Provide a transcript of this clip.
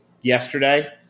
yesterday